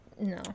no